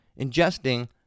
ingesting